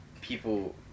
people